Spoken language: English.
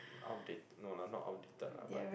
how they no lah not outdated lah but